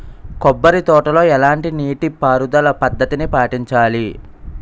కొబ్బరి తోటలో ఎలాంటి నీటి పారుదల పద్ధతిని పాటించాలి?